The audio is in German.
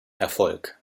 erfolg